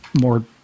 more